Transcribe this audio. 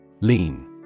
Lean